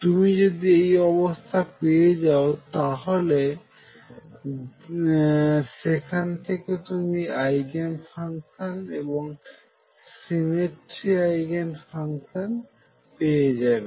তুমি যদি এই অবস্থা পেয়ে যাও তাহলে সেখান থেকে তুমি আইগেন ফাংশন এবং সিমেট্রিক আইগেনফাংশন পেয়ে যাবে